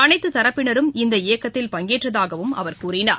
அனைத்துதரப்பினரும் இந்த இயக்கத்தில் பங்கேற்றதாகவும் அவர் கூறினார்